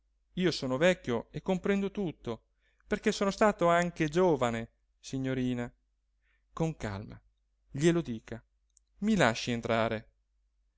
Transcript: io sono vecchio e comprendo tutto perché sono stato anche giovane signorina con calma glielo dica mi lasci entrare